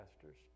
pastors